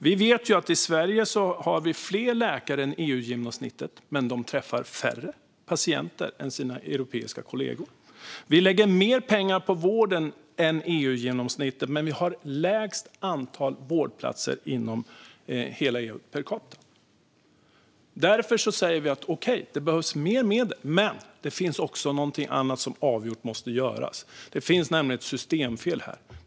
Vi vet ju att i Sverige har vi fler läkare än EU-genomsnittet, men de träffar färre patienter än sina europeiska kollegor. Vi lägger mer pengar på vården än EU-genomsnittet, men vi har minst antal vårdplatser per capita inom hela EU. Därför säger vi okej, det behövs mer medel. Men det finns också någonting annat som avgjort måste göras. Det finns nämligen ett systemfel här.